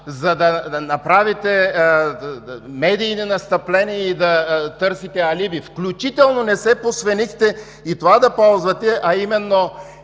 за да направите медийни настъпления и да търсите алиби, включително не се посвенихте и това да ползвате, а именно